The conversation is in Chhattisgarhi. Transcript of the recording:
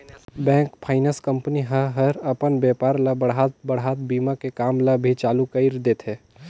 बेंक, फाइनेंस कंपनी ह हर अपन बेपार ल बढ़ात बढ़ात बीमा के काम ल भी चालू कइर देथे